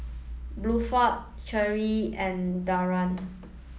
Bluford Cherie and Daria